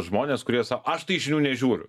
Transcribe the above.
žmonės kurie sa aš tai žinių nežiūriu